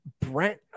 Brent